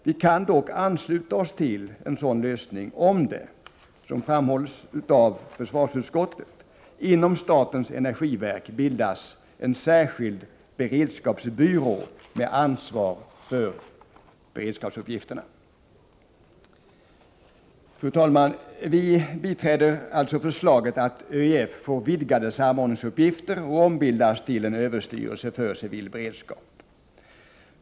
Vi kan dock ansluta oss till en sådan lösning om, som framhålls av försvarsutskottet, det inom statens energiverk bildas en särskild beredskapsbyrå med ansvar för beredskapsuppgifterna. Fru talman! Vi biträder alltså förslaget att ÖEF får vidgade samordningsuppgifter och ombildas till en överstyrelse för civil beredskap.